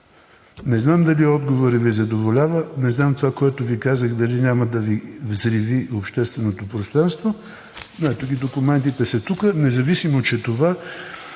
Не знам дали отговорът Ви задоволява, не знам дали това, което Ви казах, няма да взриви общественото пространство, но ето – документите са тук. Независимо че това